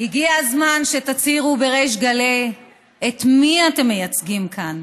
הגיע הזמן שתצהירו בריש גלי את מי אתם מייצגים כאן.